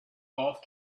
golf